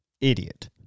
Idiot